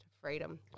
Freedom